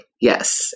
yes